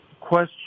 question